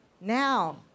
Now